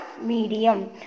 medium